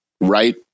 right